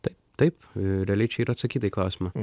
taip taip realiai čia yra atsakyta į klausimą